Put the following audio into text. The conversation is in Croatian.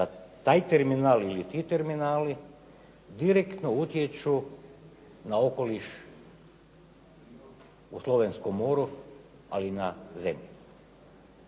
da taj terminal ili ti terminali direktno utječu na okoliš u slovenskom moru, ali i na zemlji.